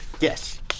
Yes